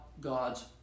God's